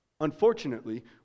Unfortunately